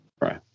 Right